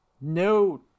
no